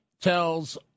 tells